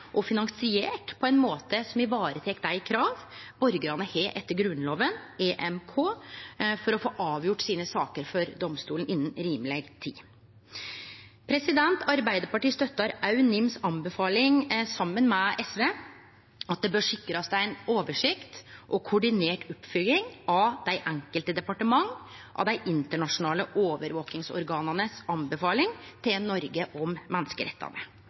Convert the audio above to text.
og finansierte på ein måte som tek vare på dei krava borgarane har etter Grunnlova og EMK på å få avgjort sakene sine for domstolen innan rimeleg tid. Arbeidarpartiet støttar òg NIMs anbefaling om at det bør sikrast ei oversikt og ei koordinert oppfylging frå det enkelte departementet av anbefalingane til Noreg frå dei internasjonale overvakingsorgana om menneskerettane. Ein samla komité ber òg om